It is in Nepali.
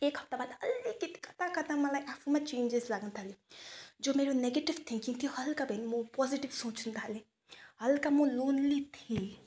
एक हप्ता बाद अलिकति कता कता मलाई आफूमा चेन्जेस लाग्नु थाल्यो जो मेरो नेगेटिभ थिङ्किङ थियो हलका भए पनि मो पोजेटिभ सोच्नु थालेँ हलका म लोन्ली थिएँ